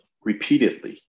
repeatedly